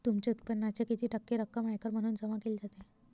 तुमच्या उत्पन्नाच्या किती टक्के रक्कम आयकर म्हणून जमा केली जाते?